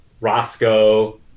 Roscoe